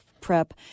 prep